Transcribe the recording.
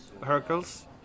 Hercules